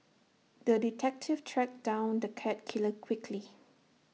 the detective tracked down the cat killer quickly